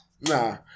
Nah